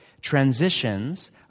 transitions